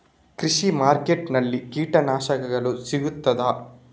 ಕೃಷಿಮಾರ್ಕೆಟ್ ನಲ್ಲಿ ಕೀಟನಾಶಕಗಳು ಸಿಗ್ತದಾ?